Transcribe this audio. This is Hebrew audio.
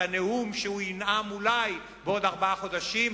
הנאום שהוא ינאם אולי בעוד ארבעה חודשים,